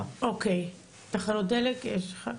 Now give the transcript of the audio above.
אוקיי, תחנות דלק, יש לך.